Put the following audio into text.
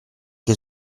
che